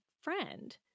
friend